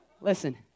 Listen